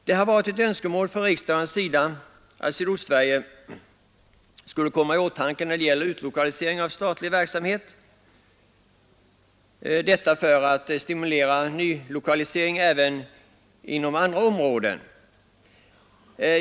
Det har varit ett önskemål från riksdagen att Växjö skulle komma i åtanke vid utlokalisering av statlig verksamhet som skulle ge stimulans även i andra områden av Sydostsverige.